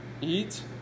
Eat